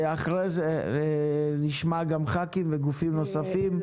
אחרי זה נשמע גם ח"כים וגופים נוספים.